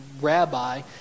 rabbi